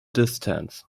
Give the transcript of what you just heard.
distance